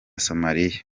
somaliya